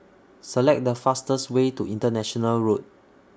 Select The fastest Way to International Road